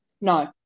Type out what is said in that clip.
No